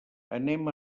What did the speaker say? anem